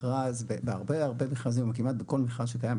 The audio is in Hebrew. בהרבה מכרזים וכמעט בכל מכרז שקיים,